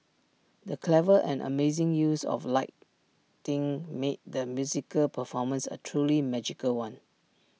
the clever and amazing use of lighting made the musical performance A truly magical one